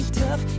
tough